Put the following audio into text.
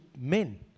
men